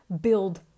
build